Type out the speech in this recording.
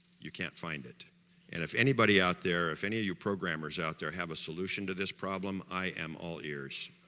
you can't find it and if anybody out there, if any of you programmers out there have a solution to this problem, i am all ears